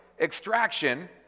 extraction